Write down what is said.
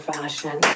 Fashion